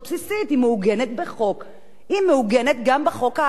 היא מעוגנת גם בחוק ובתיקונים לחוק שהעברנו בוועדת העבודה,